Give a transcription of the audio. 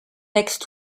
next